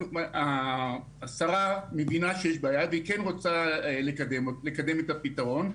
השרה מבינה שיש בעיה והיא כן רוצה לקדם את הפתרון.